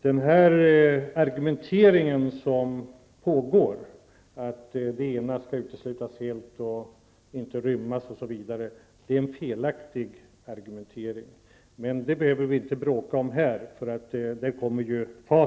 Den argumentering som pågår om att det ena skall uteslutas helt och inte kan rymmas osv. är felaktig. Men det behöver vi inte bråka om här, eftersom facit kommer.